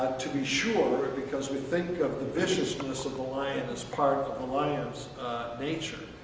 to be sure, because we think of the viciousness of the lion as part of the lion's nature.